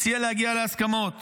מציע להגיע להסכמות